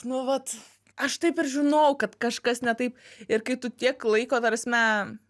nu vat aš taip ir žinojau kad kažkas ne taip ir kai tu tiek laiko ta prasme